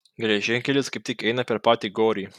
geležinkelis kaip tik eina per patį gorį